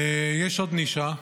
יש עוד נישה,